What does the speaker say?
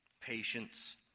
patience